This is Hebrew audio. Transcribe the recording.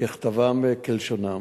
ככתבם וכלשונם.